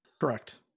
Correct